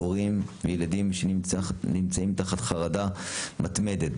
הורים וילדים שנמצאים תחת חרדה מתמדת.